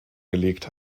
gelegt